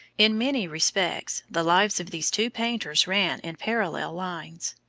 in many respects the lives of these two painters ran in parallel lines.